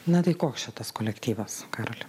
na tai koks čia tas kolektyvas karoli